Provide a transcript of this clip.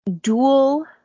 dual